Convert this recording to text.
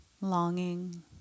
longing